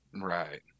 right